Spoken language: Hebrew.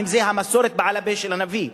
אם זו המסורת בעל-פה של הנביא,